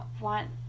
want